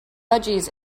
budgies